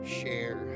share